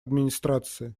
администрации